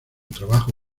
trabajo